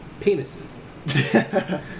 penises